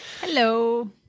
Hello